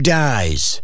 dies